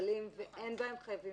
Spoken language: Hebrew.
שמוגבלים ואין בהם חייבים